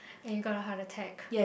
and you gonna have to take